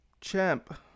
Champ